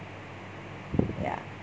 ya